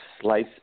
slice